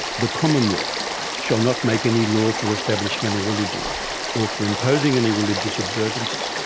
the commonwealth shall not make any law for establishing any religion or for imposing any religious observances,